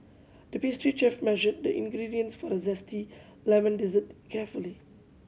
the pastry chef measured the ingredients for the zesty lemon dessert carefully